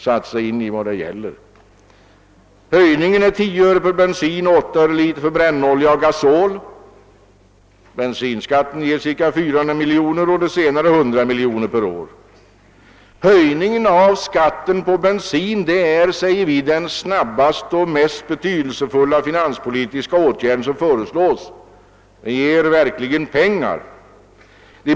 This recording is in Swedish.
Höjningen av bensinskatten ger ca 400 miljoner kronor och skattehöjningen för brännolja och gasol ca 100 miljoner kronor per år. Vi uttalar att höjningen av skatten på bensin är den snabbaste och betydelsefullaste av de finanspolitiska åtgärder som nu föreslås. Den ger verkligen pengar.